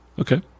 Okay